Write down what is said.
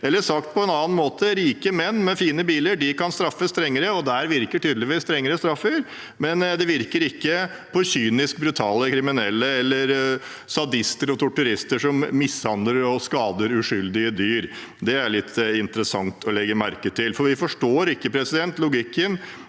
Eller sagt på en annen måte: Rike menn med fine biler kan straffes strengere, og der virker tydeligvis strengere straffer, men det virker ikke på kyniske, brutale kriminelle eller sadister og torturister som mishandler og skader uskyldige dyr. Det er litt interessant å legge merke til. Vi forstår ikke logikken